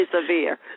severe